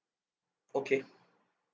okay